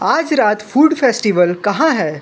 आज रात food festival कहाँ है